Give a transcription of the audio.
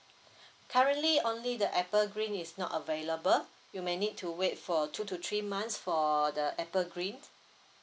currently only the apple green is not available you may need to wait for two to three months for the apple green